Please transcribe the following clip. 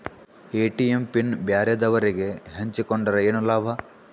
ATM pin ಬ್ಯಾರೆದವರಗೆ ಹಂಚಿಕೊಂಡರೆ ಏನು ಲಾಭ?